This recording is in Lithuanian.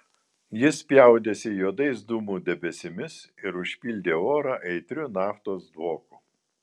jis spjaudėsi juodais dūmų debesimis ir užpildė orą aitriu naftos dvoku